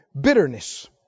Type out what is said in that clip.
bitterness